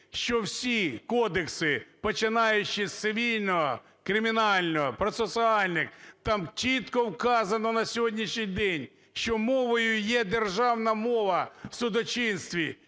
що всі кодекси, починаючи з Цивільного, Кримінального, процесуальних, там чітко вказано на сьогоднішній день, що мовою є державна мова в судочинстві.